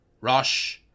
Rosh